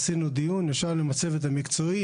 עשינו דיון, ישבנו עם הצוות המקצועי.